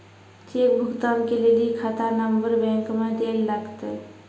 cheque भुगतान के लेली खाता नंबर बैंक मे दैल लागतै